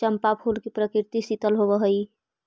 चंपा फूल की प्रकृति शीतल होवअ हई